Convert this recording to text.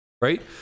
right